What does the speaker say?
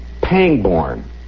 Pangborn